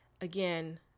Again